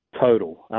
total